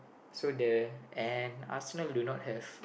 so the and Arsenal do not have